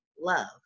love